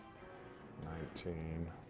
nineteen.